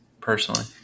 personally